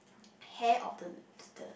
hair of the the the